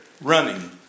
running